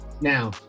now